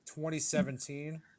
2017